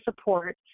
support